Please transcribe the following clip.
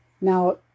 Now